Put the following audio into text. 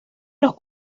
los